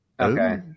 Okay